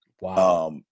Wow